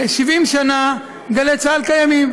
הרי 70 שנה גלי צה"ל קיימים,